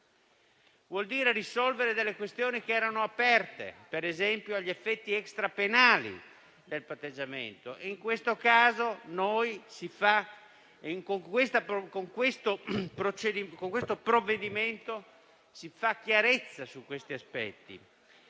ma risolvere delle questioni che erano aperte, per esempio gli effetti extrapenali del patteggiamento. In tale caso, con questo provvedimento si fa chiarezza su questi aspetti.